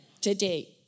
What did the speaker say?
today